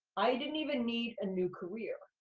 i didn't even need a new career.